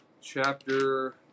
chapter